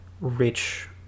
rich